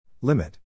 Limit